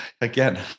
Again